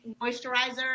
moisturizer